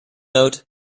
note